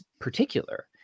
particular